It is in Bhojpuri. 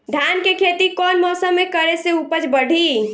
धान के खेती कौन मौसम में करे से उपज बढ़ी?